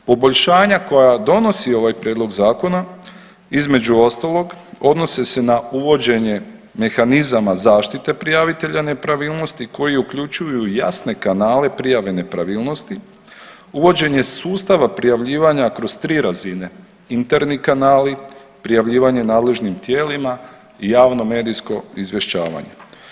Poboljšanja koja donosi ovaj prijedlog zakona između ostalog odnose se na uvođenje mehanizama zaštite prijavitelja nepravilnosti koji uključuju jasne kanale prijave nepravilnosti, uvođenje sustava prijavljivanja kroz 3 razine, interni kanali, prijavljivanje nadležnim tijelima i javno medijsko izvješćavanje.